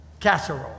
Casserole